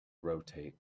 rotate